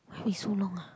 why we so long ah